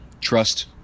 trust